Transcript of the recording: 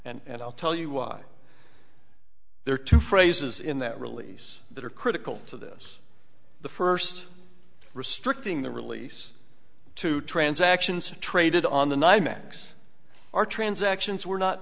not and i'll tell you why there are two phrases in that release that are critical to this the first restricting the release to transactions traded on the ny mex are transactions were not